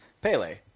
Pele